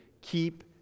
keep